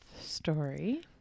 story